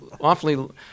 awfully